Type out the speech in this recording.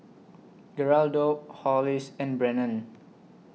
Geraldo Hollis and Brennon